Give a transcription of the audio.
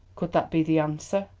could that be the answer?